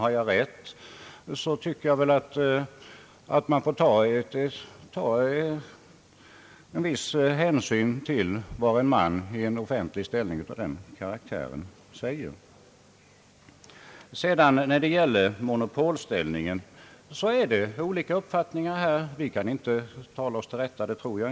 Har jag däremot rätt tycker jag att man får lov att ta en viss hänsyn till vad en man i offentlig ställning av den karaktären säger. Det finns olika uppfattningar när det gäller monopolställningen. Jag tror inte vi låter oss talas till rätta därvidlag.